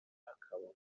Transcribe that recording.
akabona